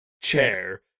chair